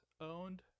owned